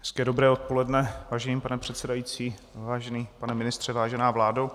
Hezké dobré odpoledne, vážený pane předsedající, vážený pane ministře, vážená vládo.